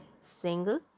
single